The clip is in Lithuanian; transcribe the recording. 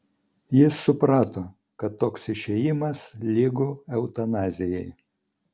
jis suprato kad toks išėjimas lygu eutanazijai